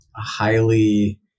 highly